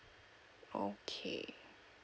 okay